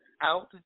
out